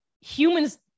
humans